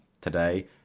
today